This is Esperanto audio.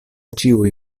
ĉiuj